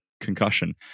concussion